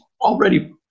already